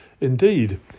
Indeed